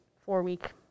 four-week